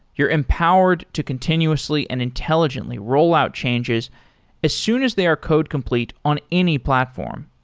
you're empowered to continuously and intelligently rollout changes as soon as they are code complete on any platform,